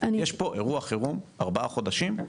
יש פה אירוע חירום ארבעה חודשים,